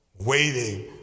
waiting